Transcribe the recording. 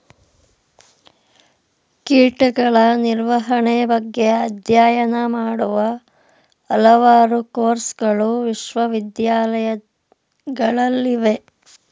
ಕೀಟಗಳ ನಿರ್ವಹಣೆ ಬಗ್ಗೆ ಅಧ್ಯಯನ ಮಾಡುವ ಹಲವಾರು ಕೋರ್ಸಗಳು ವಿಶ್ವವಿದ್ಯಾಲಯಗಳಲ್ಲಿವೆ